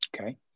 okay